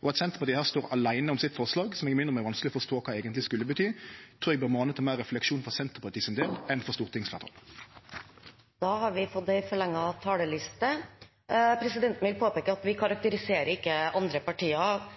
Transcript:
At Senterpartiet her står åleine om sitt forslag – som eg må innrømme er vanskeleg å forstå kva eigentleg skulle bety – trur eg bør mane til meir refleksjon for Senterpartiet sin del enn for stortingsfleirtalet. Presidenten vil påpeke at vi karakteriserer ikke andre partier som verken humørløse eller andre